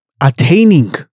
attaining